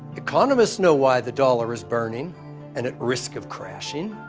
economists know why the dollar is burning and at risk of crashing.